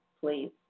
please